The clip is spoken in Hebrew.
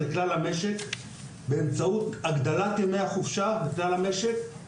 באמצעות הגדלת ימי החופשה לכלל המשק וקיצור משמעותי